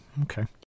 okay